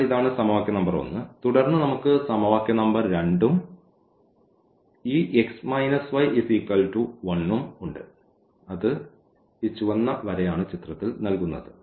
അതിനാൽ ഇതാണ് സമവാക്യ നമ്പർ 1 തുടർന്ന് നമുക്ക് സമവാക്യ നമ്പർ 2 ഉം ഈ x y 1 ഉം ഉണ്ട് അത് ഈ ചുവന്ന വരയാണ് നൽകുന്നത്